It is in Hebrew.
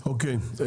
אוקיי,